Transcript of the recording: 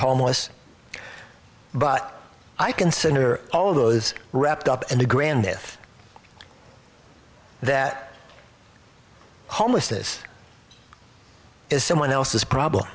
homeless but i consider all of those wrapped up in the granite that homelessness as someone else's problem